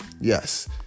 yes